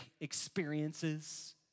experiences